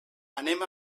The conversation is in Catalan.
anem